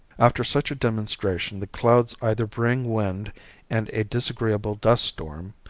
after such a demonstration the clouds either bring wind and a disagreeable dust storm,